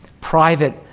private